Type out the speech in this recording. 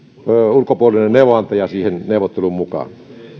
ulkopuolinen neuvonantaja siihen neuvotteluun mukaan